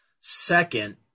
second